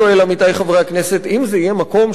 עמיתי חברי הכנסת: אם זה יהיה מקום שיהיו